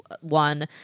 one